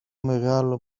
μεγάλο